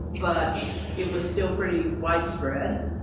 but it was still pretty widespread,